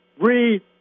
Read